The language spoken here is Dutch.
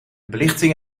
belichting